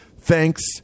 thanks